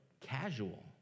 casual